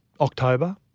October